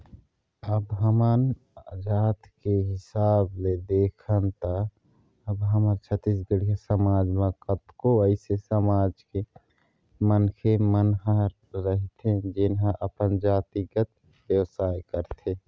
अब हमन जात के हिसाब ले देखन त अब हमर छत्तीसगढ़िया समाज म कतको अइसे समाज के मनखे मन ह रहिथे जेन ह अपन जातिगत बेवसाय करथे